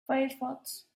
firefox